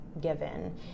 given